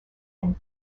and